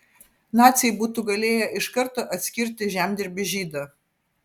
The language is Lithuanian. naciai būtų galėję iš karto atskirti žemdirbį žydą